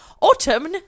autumn